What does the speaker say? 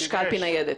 יש קלפי ניידת.